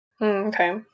Okay